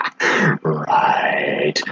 Right